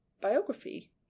biography